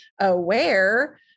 aware